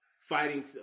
fighting